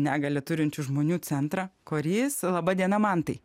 negalią turinčių žmonių centrą korys laba diena mantai